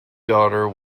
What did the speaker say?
daughter